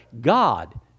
God